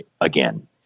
again